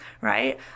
Right